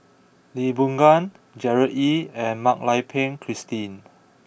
Lee Boon Ngan Gerard Ee and Mak Lai Peng Christine